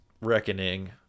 reckoning